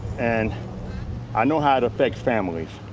and i know how it affect families.